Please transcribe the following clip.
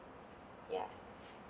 ya